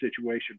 situation